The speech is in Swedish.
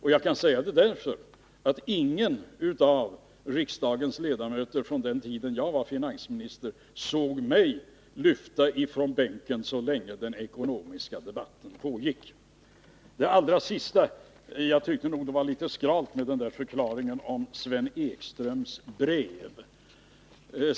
Jag kan säga det därför att ingen av riksdagens ledamöter på den tid då jag var finansminister såg mig lyfta från bänken så länge den ekonomiska debatten pågick. Till allra sist: Jag tyckte det var litet skralt med förklaringen till Sven Ekströms brev.